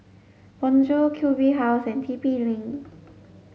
Bonjour Q B House and T P link